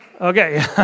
Okay